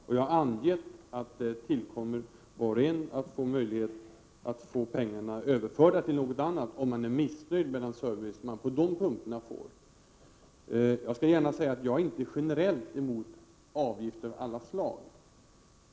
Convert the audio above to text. Jag har angett att det tillkommer var och en att få sina pengar överförda till något annat, om man är missnöjd med den service som man får på dessa punkter. Jag vill gärna säga att jag inte generellt är emot avgifter av alla slag.